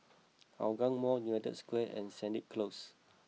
Hougang Mall United Square and Sennett Close